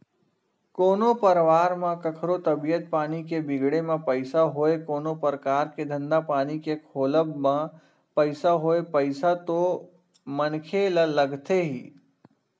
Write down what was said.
कोनो परवार म कखरो तबीयत पानी के बिगड़े म पइसा होय कोनो परकार के धंधा पानी के खोलब म पइसा होय पइसा तो मनखे ल लगथे ही